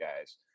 guys